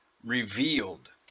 Revealed